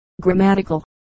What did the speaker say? grammatical